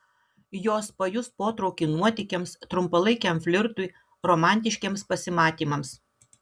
jos pajus potraukį nuotykiams trumpalaikiam flirtui romantiškiems pasimatymams